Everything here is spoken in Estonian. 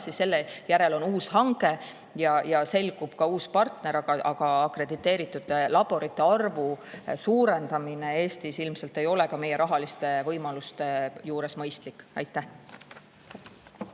edasi, selle järel on uus hange ja siis selgub ka uus partner, aga akrediteeritud laborite arvu suurendamine Eestis ilmselt ei ole ka meie rahaliste võimaluste juures mõistlik. Aitäh!